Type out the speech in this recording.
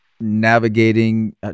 navigating